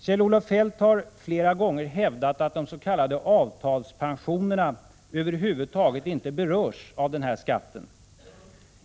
Kjell-Olof Feldt har flera gånger hävdat att de s.k. avtalspensionerna över huvud taget inte berörs av den här skatten.